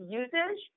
usage